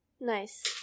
Nice